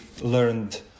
learned